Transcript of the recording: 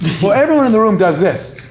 everyone in the room does this.